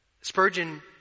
Spurgeon